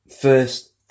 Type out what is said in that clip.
First